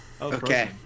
okay